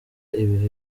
ibihe